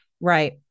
right